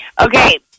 Okay